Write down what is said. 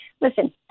Listen